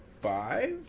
five